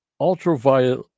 ultraviolet